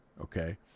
okay